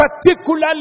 particularly